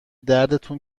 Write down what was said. دردتون